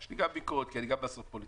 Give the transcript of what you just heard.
יש לי גם ביקורת, כי אני גם בסוף פוליטיקאי.